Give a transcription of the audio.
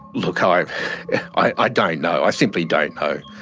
look, ah i i don't know. i simply don't know.